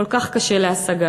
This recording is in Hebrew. כל כך קשה להשגה.